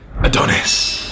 Adonis